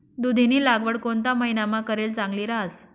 दुधीनी लागवड कोणता महिनामा करेल चांगली रहास